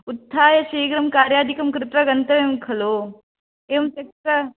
उत्थाय शीघ्रं कार्यादिकं कृत्वा गन्तव्यं खलु एवं त्यक्त्वा